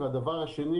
ודבר שני